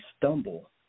stumble